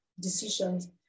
decisions